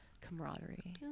camaraderie